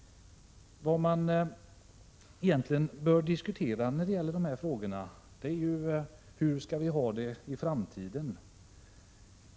Vad man egentligen bör diskutera när det gäller Bohusbanan är hur vi skall ha det i framtiden.